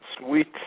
Sweet